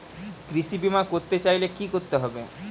কৃষি বিমা করতে চাইলে কি করতে হবে?